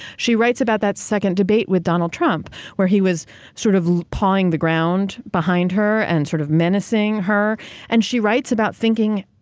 she writes about that second debate with donald trump, where he was sort of pawing the ground behind her and sort of menacing her and she writes about thinking,